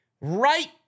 right